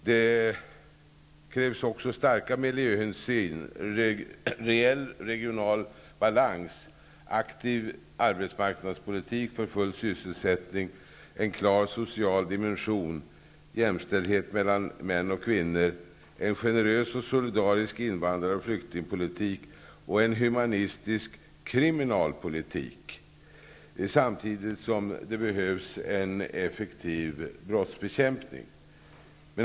Det krävs också starka miljöhänsyn, reell regional balans, aktiv arbetmarknadspolitik för full sysselsättning, en klar social dimension, jämställdhet mellan män och kvinnor, en generös och solidarisk invandraroch flyktingpolitik och en human kriminalpolitik, samtidigt som det behövs en effektiv brottsbekämpning.